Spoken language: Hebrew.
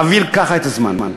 להעביר ככה את הזמן.